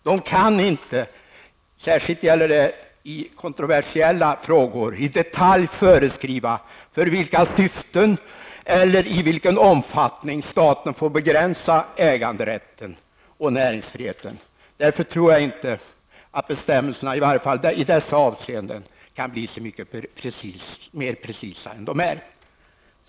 De kan inte -- det gäller särskilt i kontroversiella frågor -- inte i detalj föreskriva för vilka syften eller i vilken omfattning staten får begränsa äganderätten och näringsfriheten. Därför tror jag inte att bestämmelserna, i varje fall inte i dessa avseenden, kan bli så mycket mer precisa än de är.